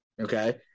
Okay